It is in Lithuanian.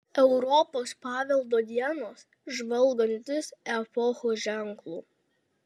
europos paveldo dienos žvalgantis epochų ženklų